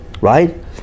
right